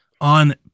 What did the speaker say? on